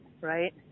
right